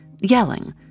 yelling